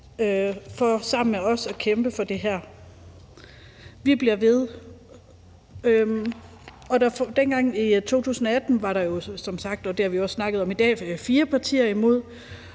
for sammen med os at kæmpe for det her, og vi bliver ved med det. Dengang i 2018 var der jo, som vi også har snakket om i dag, fire partier,